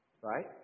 right